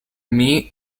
meat